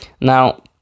Now